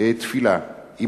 תפילה תוך כדי הליכה?